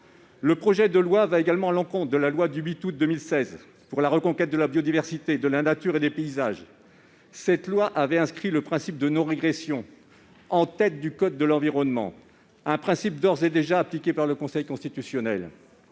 Le projet de loi va également à l'encontre de la loi du 8 août 2016 pour la reconquête de la biodiversité, de la nature et des paysages, qui a inscrit le principe de non-régression en tête du code de l'environnement, un principe d'ores et déjà appliqué par le Conseil constitutionnel.